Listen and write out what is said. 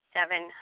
Seven